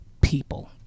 people